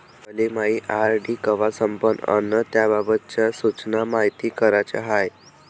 मले मायी आर.डी कवा संपन अन त्याबाबतच्या सूचना मायती कराच्या हाय